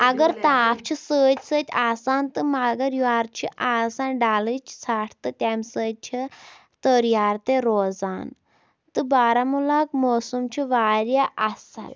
اگر تاپھ چھِ سۭتۍ سۭتۍ آسان تہٕ مگر یورٕ چھِ آسان ڈَلٕچ ژھٹھ تہٕ تَمہِ سۭتۍ چھِ تٕریار تہِ روزان تہٕ بارہموٗلاہُک موسم چھُ واریاہ اَصٕل